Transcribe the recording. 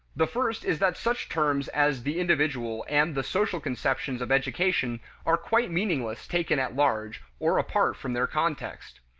the first is that such terms as the individual and the social conceptions of education are quite meaningless taken at large, or apart from their context.